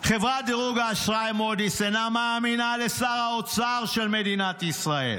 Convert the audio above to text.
חברת דירוג האשראי מודי'ס אינה מאמינה לשר האוצר של מדינת ישראל.